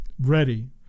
ready